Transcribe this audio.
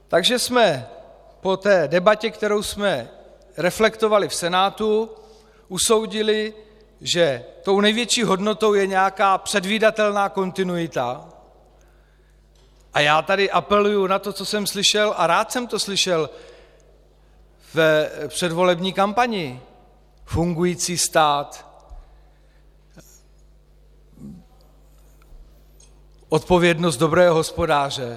Takže jsme po té debatě, kterou jsme reflektovali v Senátu, usoudili, že tou největší hodnotou je nějaká předvídatelná kontinuita, a já tady apeluji na to, co jsem slyšel, a rád jsem to slyšel, v předvolební kampani: fungující stát, odpovědnost dobrého hospodáře.